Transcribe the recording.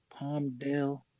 Palmdale